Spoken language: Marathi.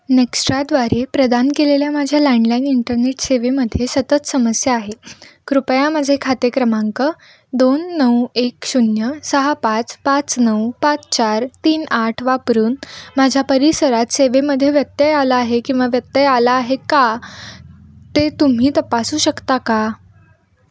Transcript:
नेक्स्ट्राद्वारे प्रदान केलेल्या माझ्या लँडलाईन इंटरनेट सेवेमध्ये सतत समस्या आहे कृपया माझे खाते क्रमांक दोन नऊ एक शून्य सहा पाच पाच नऊ पाच चार तीन आठ वापरून माझ्या परिसरात सेवेमध्ये व्यत्यय आला आहे किंवा व्यत्यय आला आहे का ते तुम्ही तपासू शकता का